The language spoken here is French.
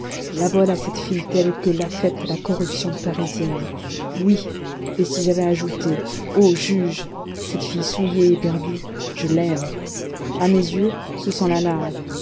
la voilà cette fille telle que l'a faite la corruption parisienne oui et si j'avais ajouté ô juges cette fille souillée et perdue je l'aime à mes yeux ce sang la lave